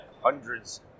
hundreds